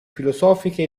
filosofiche